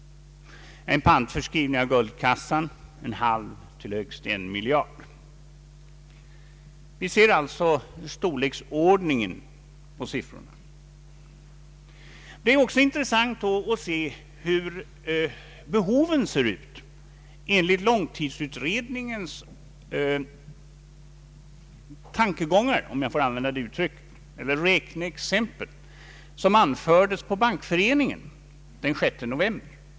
En pantförskrivning av guldkassan skulle ge en halv till högst en miljard. Av dessa siffror ser man storleksordningen. Det är också intressant att studera hur behoven ser ut enligt långtidsutredningens räkneexempel, som anfördes på Bankföreningen den 6 november.